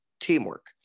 teamwork